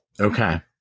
Okay